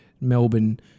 Melbourne